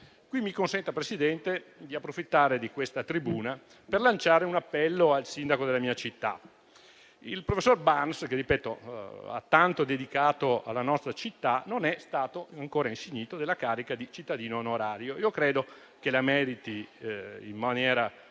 Mi consenta, signor Presidente, di approfittare di questa tribuna per lanciare un appello al sindaco della mia città. Il professor Burns, che - lo ripeto - ha tanto dedicato alla nostra città, non è stato ancora insignito della carica di cittadino onorario. Credo che la meriti in maniera